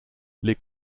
les